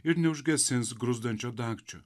ir neužgesins gruzdančio dagčio